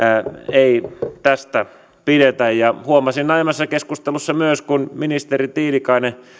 ei tästä pidetä huomasin aiemmassa keskustelussa myös sen että kun ministeri tiilikainen